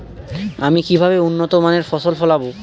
আমি কিভাবে উন্নত মানের ফসল ফলাব?